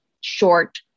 short